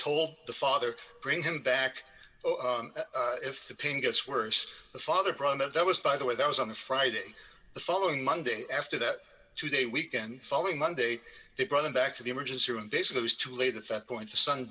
told the father bring him back if the pain gets worse the father promised that was by the way that was on the friday the following monday after that two day weekend following monday they brought him back to the emergency room and basically was too late at that point the son